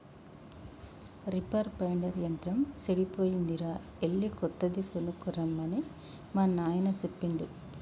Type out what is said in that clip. reaper binder యంత్రం సెడిపోయిందిరా ఎళ్ళి కొత్తది కొనక్కరమ్మని మా నాయిన సెప్పిండు